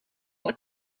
what